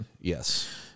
Yes